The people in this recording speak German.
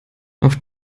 auf